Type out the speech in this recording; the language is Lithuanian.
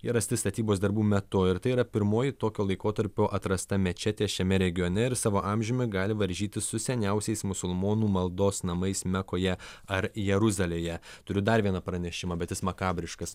jie rasti statybos darbų metu ir tai yra pirmoji tokio laikotarpio atrasta mečetė šiame regione ir savo amžiumi gali varžytis su seniausiais musulmonų maldos namais mekoje ar jeruzalėje turiu dar vieną pranešimą bet jis makabriškas